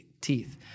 teeth